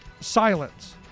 silence